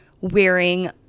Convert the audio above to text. wearing